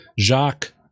jacques